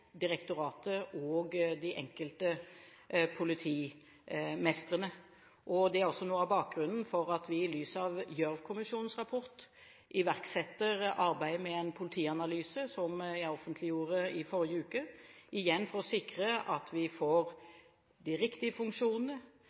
direktoratet og de enkelte politimestrene. Det er også noe av bakgrunnen for at vi, i lys av Gjørv-kommisjonens rapport, iverksetter arbeidet med en politianalyse – som jeg offentliggjorde i forrige uke – for å sikre at vi får de riktige funksjonene